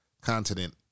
continent